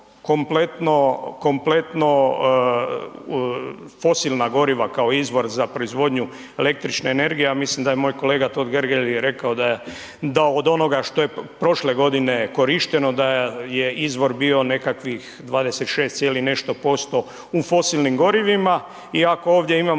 kompletno fosilna goriva kao izvor za proizvodnju električne energije, ja mislim da je moj kolega Totgergeli rekao da od onoga što je prošle godine korišteno da je izvor bio nekakvih 26, nešto posto u fosilnim gorivima i ako ovdje imamo